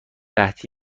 قحطی